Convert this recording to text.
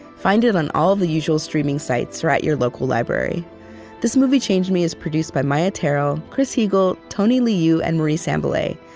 find it on all the usual streaming sites, or at your local library this movie changed me is produced by maia tarrell, chris heagle, tony liu, and marie sambilay,